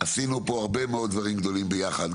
עשינו פה הרבה מאוד דברים גדולים ביחד.